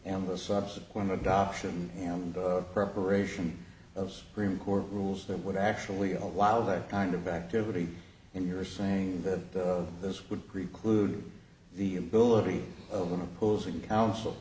and the subsequent adoption and the preparation of green court rules that would actually allow that kind of activity and you're saying that this would preclude the ability of an opposing counsel